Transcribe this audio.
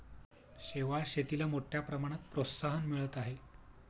शेवाळ शेतीला मोठ्या प्रमाणात प्रोत्साहन मिळत आहे